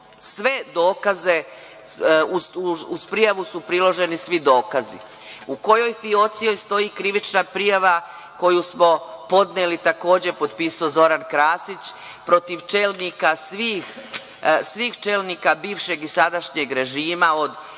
ispit? Uz prijavu su priloženi svi dokazi. U kojoj fioci joj stoji krivična prijava koju smo podneli, takođe potpisao Zoran Krasić, protiv svih čelnika bivšeg i sadašnjeg režima, od